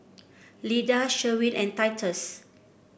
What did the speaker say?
Lyda Sherwin and Titus